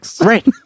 Right